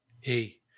Hey